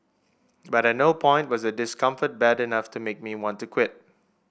but at no point was a discomfort bad enough to make me want to quit